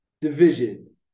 division